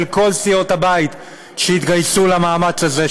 של כל סיעות הבית שהתגייסו למאמץ הזה,